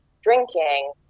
drinking